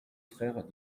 frères